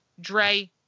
Dre